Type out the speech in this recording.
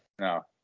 No